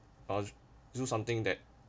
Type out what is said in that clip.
err do something that